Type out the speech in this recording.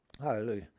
Hallelujah